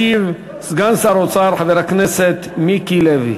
ישיב סגן שר האוצר חבר הכנסת מיקי לוי.